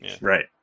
right